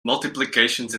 multiplications